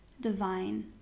divine